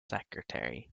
secretary